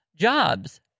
Jobs